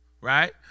Right